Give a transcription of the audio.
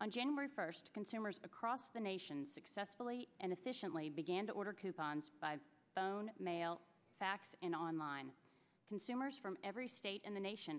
and january first consumers across the nation successfully and efficiently began to order coupons by phone mail fax and on line consumers from every state in the nation